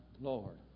Lord